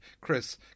Chris